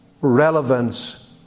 relevance